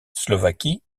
slovaquie